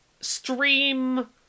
stream